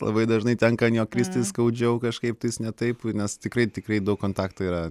labai dažnai tenka ant jo kristi skaudžiau kažkaip tai ne taip nes tikrai tikrai daug kontakto yra